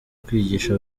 kwigisha